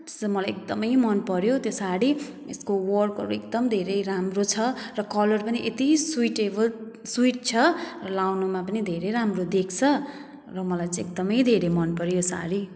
त्यो चाहिँ एकदमै मन पऱ्यो त्यो साडी यसको वर्कहरू एकदम धेरै राम्रो छ र कलर पनि यति सुइटेबल सुइट छ लगाउनुमा पनि धेरै राम्रो देख्छ र मलाई चाहिँ एकदमै धेरै मन पऱ्यो यो साडी